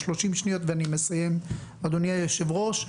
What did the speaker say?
30 שניות ואני מסיים, אדוני היושב-ראש.